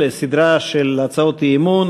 לסדרה של הצעות אי-אמון.